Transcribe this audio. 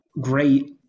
great